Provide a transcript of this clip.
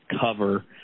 cover